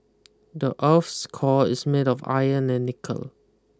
the earth's core is made of iron and nickel